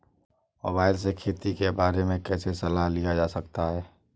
Mobile से खेती के बारे कैसे सलाह लिया जा सकता है?